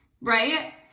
right